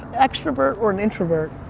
extrovert or an introvert,